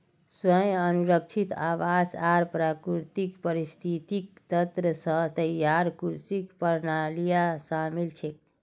स्व अनुरक्षित आवास आर प्राकृतिक पारिस्थितिक तंत्र स तैयार कृषि प्रणालियां शामिल छेक